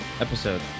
episode